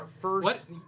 first